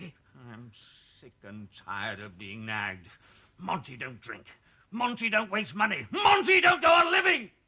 i am sick and tired of being nagged monty don't drink monty don't waste money monty don't go on living!